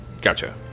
Gotcha